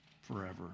forever